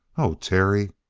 oh, terry!